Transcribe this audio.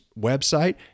website